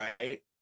Right